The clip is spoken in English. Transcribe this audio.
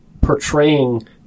portraying